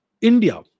India